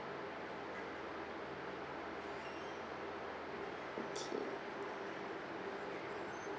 okay